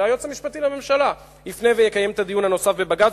שהיועץ המשפטי לממשלה יפנה ויקיים את הדיון הנוסף בבג"ץ,